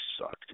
sucked